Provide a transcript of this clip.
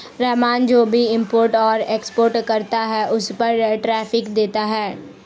रहमान जो भी इम्पोर्ट और एक्सपोर्ट करता है उस पर टैरिफ देता है